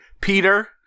Peter